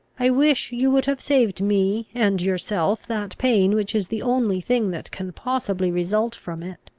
i wish you would have saved me and yourself that pain which is the only thing that can possibly result from it.